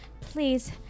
please